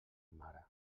mare